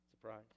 surprise